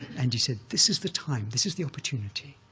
and he said, this is the time. this is the opportunity.